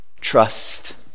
trust